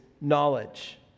knowledge